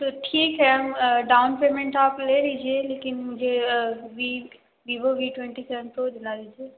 तो ठीक है डाउन पेमेंट आप ले लीजिए लेकिन मुझे V vivo V twenty seven pro दिला दीजिए